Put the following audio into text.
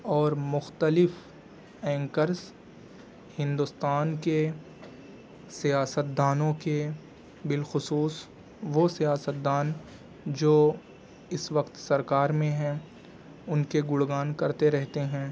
اور مختلف اینکرس ہندوستان کے سیاستدانوں کے بالخصوص وہ سیاستدان جو اس وقت سرکار میں ہیں ان کے گڑگان کرتے رہتے ہیں